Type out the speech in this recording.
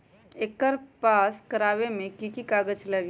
एकर पास करवावे मे की की कागज लगी?